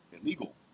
illegal